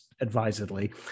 advisedly